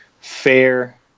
fair